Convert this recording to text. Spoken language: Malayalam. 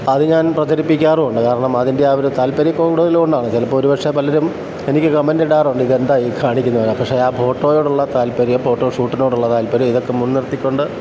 അത് ഞാൻ പ്രചരിപ്പിക്കാറുമുണ്ട് കാരണം അതിൻ്റെയാ ഒരു താൽപര്യക്കൂടുതലുകൊണ്ടാണ് ചിലപ്പോൾ ഒരുപക്ഷേ പലരും എനിക്ക് കമൻഡ് ഇടാറുണ്ട് ഇത് എന്താ ഈ കാണിക്കുന്നതെന്ന് പക്ഷേ ആ ഫോട്ടോയോട് ഉള്ള താൽപര്യം ഫോട്ടോ ഷൂട്ടിനോടുള്ള താൽപര്യം ഇതൊക്കെ മുൻനിർത്തിക്കൊണ്ട്